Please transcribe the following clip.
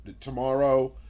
Tomorrow